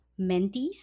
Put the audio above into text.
mentees